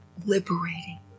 liberating